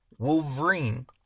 Wolverine